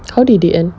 how did they end